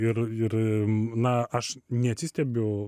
ir ir na aš neatsistebiu